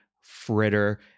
fritter